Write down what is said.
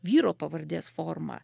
vyro pavardės formą